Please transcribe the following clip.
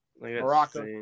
Morocco